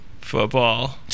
Football